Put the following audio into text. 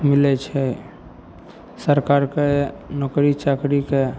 मिलय छै सरकारके नौकरी चाकरीके